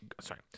Sorry